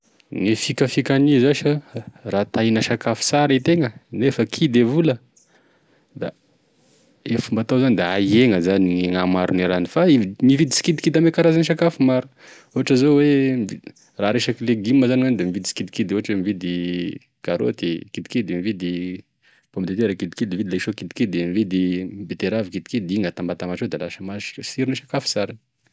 E fikafika agnie zash raha ta hihina tsara itegna nefa kidy e vola da, e fomba hatao zany da ahegna zany gn'hamaroan'e raha vidy fa vidy sikidikidy ame karazan'e sakafo maromaro, ohatra zao hoe raha resaka legimo zany da mividy sikidikidy, ohatra karaoty kidikidy, mividy pomme de terre kidikidy, mividy laisoa kidikidy, mividy beteravy kidikidy, da igny gnatambatambatr'ao da lasa mahazo siron'e sakafo sara.